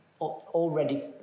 already